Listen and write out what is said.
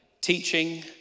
teaching